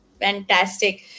Fantastic